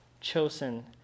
chosen